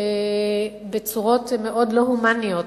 בצורות מאוד לא הומניות,